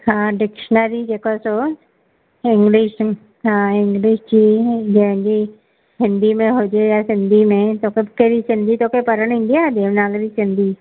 हा डिक्शनरी जेका अथव इंग्लिश हा इंग्लिश जी जंहिंजी हिंदी में हुजे या सिंधी में तोखे कहिड़ी सिंधी तोखे पढ़णु ईंदी आहे देवनागरी सिंधी